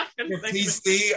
PC